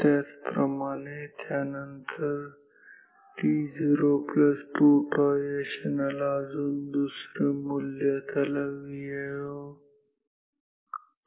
त्याचप्रमाणे त्यानंतर t02τ या क्षणाला अजून दुसरे मुल्य त्याला